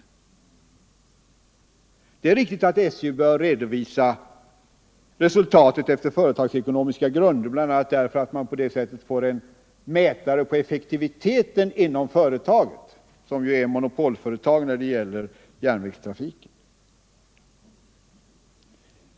Det är riktigt att SJ bör redovisa resultat efter företagsekonomiska grunder, bl.a. därför att man på det sättet får en mätare på effektiviteten inom företaget, som ju är ett monopolföretag när det gäller järnvägstrafiken.